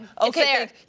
Okay